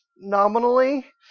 nominally